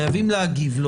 חייבים להגיב לו,